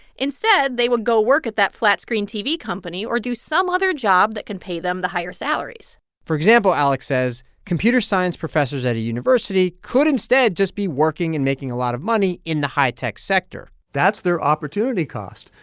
instead, they would go work at that flat-screen tv company or do some other job that can pay them the higher salaries for example, alex says, computer science professors at a university could instead just be working and making a lot of money in the high-tech sector that's their opportunity cost.